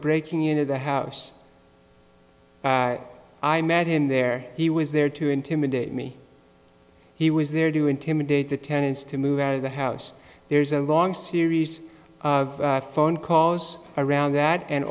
breaking into the house i met him there he was there to intimidate me he was there to intimidate the tenants to move out of the house there's a long series of phone calls around that and